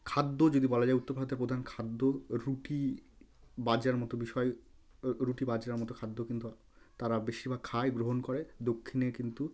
খাদ্য যদি বলা যায় উত্তর ভারতের প্রধান খাদ্য রুটি বাজরার মতো বিষয় রুটি বাজরার মতো খাদ্য কিন্তু তারা বেশিরভাগ খায় গ্রহণ করে দক্ষিণে কিন্তু